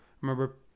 remember